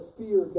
fear